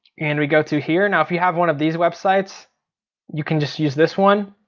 and we go to here. now if you have one of these websites you can just use this one.